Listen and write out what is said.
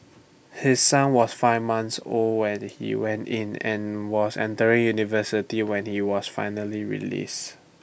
his son was five months old when he went in and was entering university when he was finally released